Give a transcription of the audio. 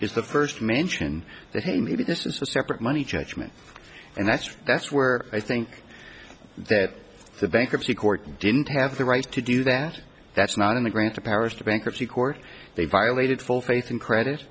is the first mention that hey maybe this is a separate money judgment and that's that's were i think that the bankruptcy court didn't have the right to do that that's not in the grant the powers of the bankruptcy court they violated full faith and credit